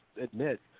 admit